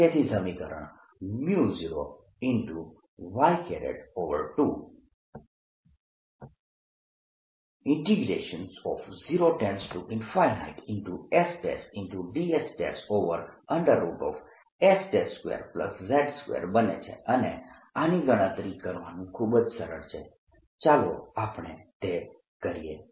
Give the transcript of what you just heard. અને તેથી સમીકરણ 0Ky20sdss2z2 બને છે અને આની ગણતરી કરવાનું ખૂબ જ સરળ છે ચાલો આપણે તે કરીએ